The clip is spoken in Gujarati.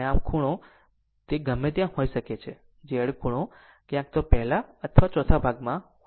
આમ ખૂણો ગમે ત્યાં હોઈ શકે છે Z ખૂણો ક્યાંક તો પહેલા અથવા ચોથા ભાગમાં હશે